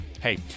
Hey